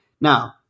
Now